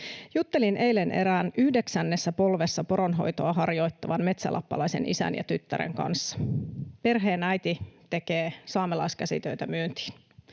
Juttelin eilen erään yhdeksännessä polvessa poronhoitoa harjoittavan metsälappalaisen, isän ja tyttären, kanssa. Perheen äiti tekee saamelaiskäsitöitä myyntiin.